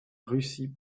russie